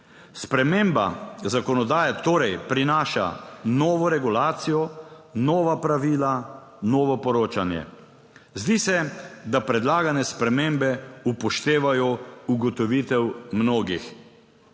Sprememba zakonodaje torej prinaša novo regulacijo, nova pravila, novo poročanje. Zdi se, da predlagane spremembe upoštevajo ugotovitev mnogih,